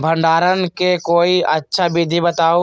भंडारण के कोई अच्छा विधि बताउ?